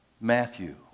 Matthew